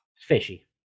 fishy